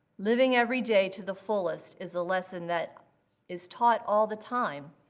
living everyday to the fullest is a lesson that is taught all the time,